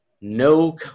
no